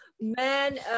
man